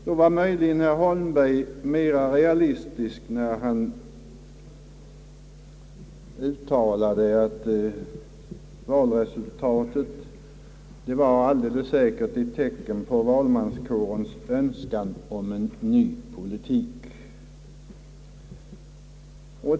Då var möjligen herr Holmberg mera realistisk när han uttalade, att valresultatet var ett tecken på valmanskårens önskan om en ny politik.